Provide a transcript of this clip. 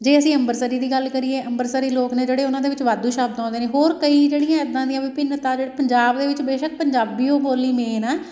ਜੇ ਅਸੀਂ ਅੰਬਰਸਰੀ ਦੀ ਗੱਲ ਕਰੀਏ ਅੰਬਰਸਰੀ ਲੋਕ ਨੇ ਜਿਹੜੇ ਉਹਨਾਂ ਦੇ ਵਿੱਚ ਵਾਧੂ ਸ਼ਬਦ ਆਉਂਦੇ ਨੇ ਹੋਰ ਕਈ ਜਿਹੜੀਆਂ ਐਦਾਂ ਦੀਆਂ ਵਿਭਿੰਨਤਾ ਜਿਹੜੇ ਪੰਜਾਬ ਦੇ ਵਿੱਚ ਬੇਸ਼ੱਕ ਪੰਜਾਬੀ ਓ ਬੋਲੀ ਮੇਨ ਹੈ